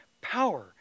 power